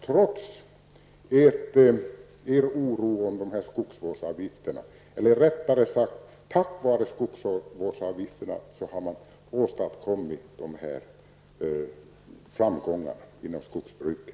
Trots er oro om skogsvårdsavgifterna eller -- rättare sagt -- tack vare skogsvårdsavgifterna har dessa framgångar åstadkommits inom skogsbruket.